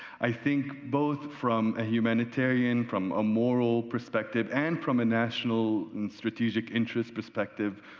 i think both from a humanitarian, from a moral perspective, and from a national and strategic interest perspective,